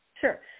Sure